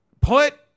put